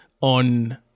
on